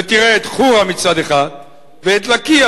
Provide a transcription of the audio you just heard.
תראה את חורה מצד אחד ואת לקיה,